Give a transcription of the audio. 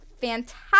fantastic